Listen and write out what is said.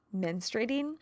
menstruating